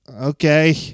okay